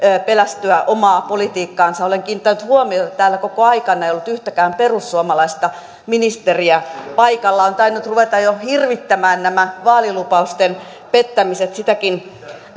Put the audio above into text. pelästyä omaa politiikkaansa olen kiinnittänyt huomiota että täällä koko aikana ei ole ollut yhtäkään perussuomalaista ministeriä paikalla ovat tainneet ruveta jo hirvittämään nämä vaalilupausten pettämiset sitäkin